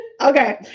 Okay